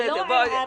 לא ערערתי,